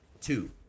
Two